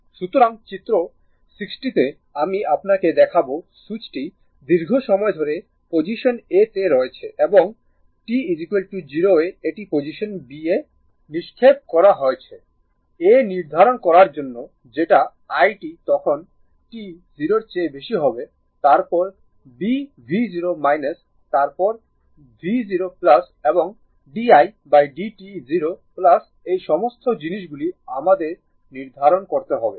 সুতরাং চিত্র 60 তে আমি আপনাকে দেখাব সুইচটি দীর্ঘ সময় ধরে পজিশন a তে রয়েছে এবং t 0 এ এটি পজিশন b এ নিক্ষেপ করা হয়েছে a নির্ধারণ করার জন্য যেটা i t তখন t 0 এর বেশি হবে তারপর b v0 তারপর v0 এবং didt 0 এই সমস্ত জিনিসগুলি আমাদের নির্ধারণ করতে হবে